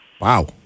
Wow